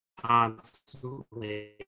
constantly